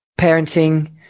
parenting